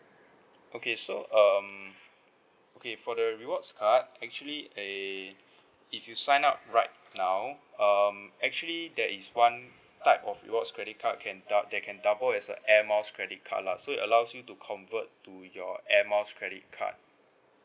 okay so um okay for the rewards card actually eh if you sign up right now um actually there is one type of rewards credit card can dou~ that can double as a air miles credit card lah so it allows you to convert to your air miles credit card